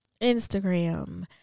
instagram